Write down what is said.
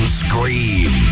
scream